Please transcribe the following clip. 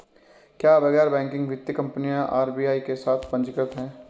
क्या गैर बैंकिंग वित्तीय कंपनियां आर.बी.आई के साथ पंजीकृत हैं?